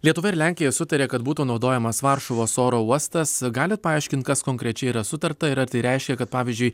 lietuva ir lenkija sutarė kad būtų naudojamas varšuvos oro uostas galit paaiškint kas konkrečiai yra sutarta ir ar tai reiškia kad pavyzdžiui